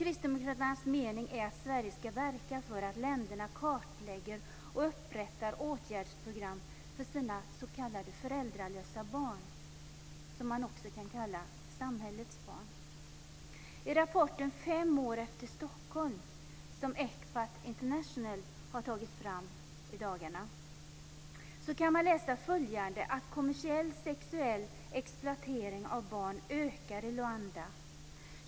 Kristdemokraterna menar att Sverige ska verka för att länderna kartlägger och upprättar åtgärdsprogram för sina s.k. föräldralösa barn, som också kan kallas för samhällets barn. International i dagarna tagit fram, kan man läsa att kommersiell sexuell exploatering av barn ökar i Luanda.